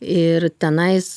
ir tenais